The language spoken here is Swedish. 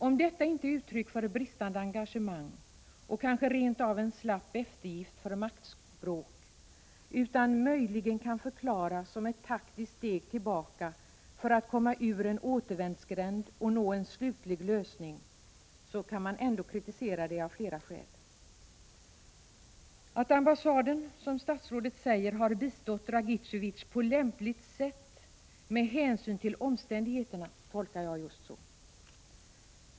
Om detta inte är uttryck för bristande engagemang och kanske rent av en slapp eftergift för maktspråk, utan möjligen kan förklaras som ett taktiskt steg tillbaka för att komma ur en återvändsgränd och nå en slutlig lösning, så kan man ändå kritisera det av flera skäl. Att ambassaden, som statsrådet säger, har bistått honom ”på lämpligt sätt med hänsyn till omständigheterna” tolkar jag just så.